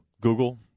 google